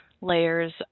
layers